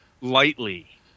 lightly